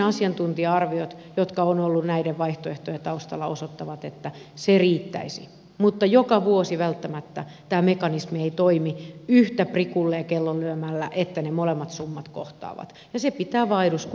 asiantuntija arviot jotka ovat olleet näiden vaihtoehtojen taustalla osoittavat että se riittäisi mutta joka vuosi välttämättä tämä mekanismi ei toimi yhtä prikulleen kellonlyömällä niin että ne molemmat summat kohtaavat ja se pitää vaan eduskunnan myöntää